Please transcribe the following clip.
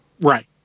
Right